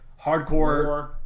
hardcore